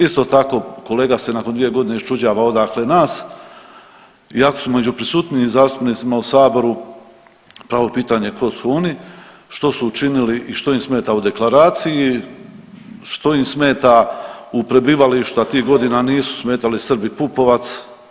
Isto tako, kolega se nakon 2 godine iščuđava odakle nas, iako smo među prisutnijim zastupnicima u Saboru, pravo pitanje tko su oni, što su učinili i što im smeta u Deklaraciji, što im smeta u prebivalištu, a tih godina nisu smetali Srbi Pupovac.